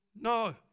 No